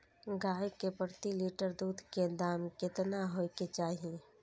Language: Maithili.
गाय के प्रति लीटर दूध के दाम केतना होय के चाही?